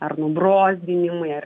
ar nubrozdinimai ar